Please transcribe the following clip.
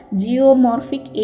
geomorphic